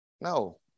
No